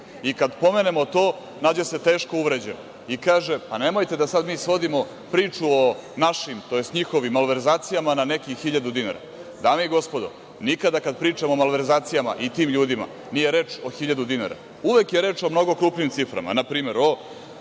Kada pomenemo to nađe se teško uvređen i kaže – nemojte da sada svodimo priču o našim tj. njihovim malverzacijama na nekih hiljadu dinara. Dame i gospodo, nikada kada pričamo o malverzacijama i tim ljudima nije reč o hiljadu dinara. Uvek je reč o mnogo krupnijim ciframa. Na primer,